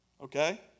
Okay